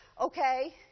okay